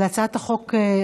אבל הצעת החוק,